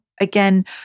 Again